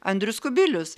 andrius kubilius